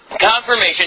Confirmation